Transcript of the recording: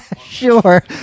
Sure